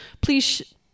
please